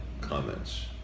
comments